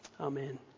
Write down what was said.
Amen